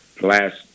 last